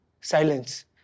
Silence